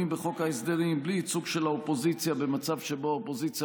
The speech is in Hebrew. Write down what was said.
בחוק ההסדרים בלי ייצוג של האופוזיציה במצב שבו האופוזיציה